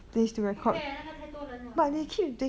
不可以那个太多人 liao lah